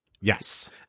Yes